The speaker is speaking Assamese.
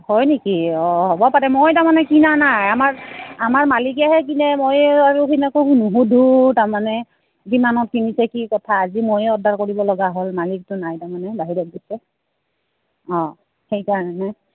হয় নেকি অঁ হ'ব পাৰে মই তাৰমানে কিনা নাই আমাৰ আমাৰ মালিকেহে কিনে মই আৰু নুসুধো তাৰমানে কিমানত কিনিছে কি কথা আজি ময়ে অৰ্ডাৰ কৰিব লগা হ'ল মালিকটো নাই তাৰমানে বাহিৰত গৈছে অঁ সেইকাৰণে